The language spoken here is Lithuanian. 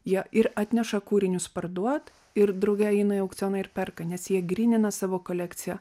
jie ir atneša kūrinius parduot ir drauge eina į aukcioną ir perka nes jie grynina savo kolekciją